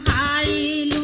i